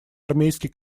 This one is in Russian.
армейский